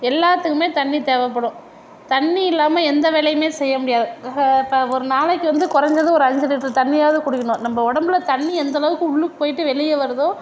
எல்லாத்துக்குமே தண்ணி தேவைப்படும் தண்ணி இல்லாமல் எந்த வேலையுமே செய்ய முடியாது ட ஒரு நாளைக்கு வந்து குறஞ்சது ஒரு அஞ்சு லிட்டரு தண்ணியாவது குடிக்கணும் நம்ம உடம்புல தண்ணி எந்தளவுக்கு உள்ளுக்கு போயிட்டு வெளியே வருதோ